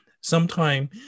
sometime